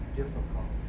difficult